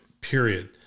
period